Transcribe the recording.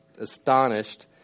astonished